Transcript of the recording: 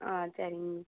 ஆ சரிங்க